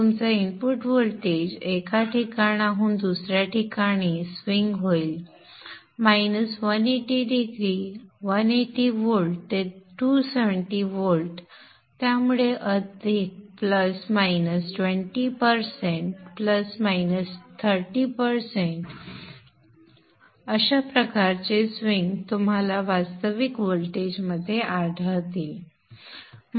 तुमचा input voltage एका ठिकाणाहून दुसऱ्या ठिकाणी स्विंग होईल वजा 180 डिग्री 180 व्होल्ट ते 270 व्होल्ट त्यामुळे अधिक 20 टक्के 30 टक्के अशा प्रकारचे स्विंग तुम्हाला वास्तविक व्होल्टेजमध्ये आढळतील